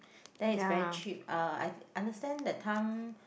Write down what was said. then it's very cheap uh I understand that time